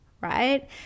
right